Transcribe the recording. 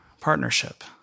partnership